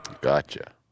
Gotcha